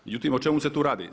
Međutim, o čemu se tu radi?